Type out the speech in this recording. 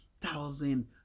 thousand